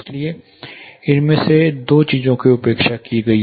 इसलिए इनमें से दो चीजों की उपेक्षा की गई